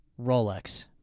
Rolex